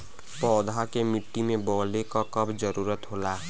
पौधा के मिट्टी में बोवले क कब जरूरत होला